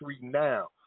now